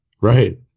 Right